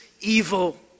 evil